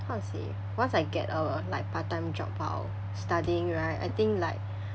how to say once I get a like part time job while studying right I think like